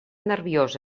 nerviosa